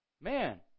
man